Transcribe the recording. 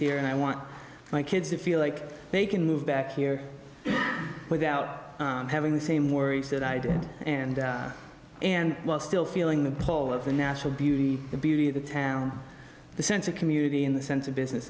here and i want my kids to feel like they can move back here without having the same worries that i did and still feeling the pull of the natural beauty the beauty of the town the sense of community in the sense of business